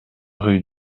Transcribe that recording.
rue